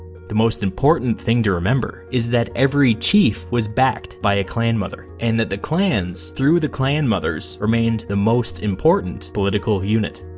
the most important thing to remember is that every chief was backed by a clan mother, and that the clans, through the clan mothers, remained the most important political unit.